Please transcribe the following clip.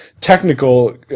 technical